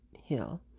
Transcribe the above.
Hill